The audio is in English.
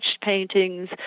paintings